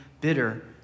bitter